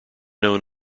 known